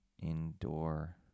indoor